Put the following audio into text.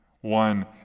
one